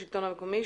השלטון המקומי,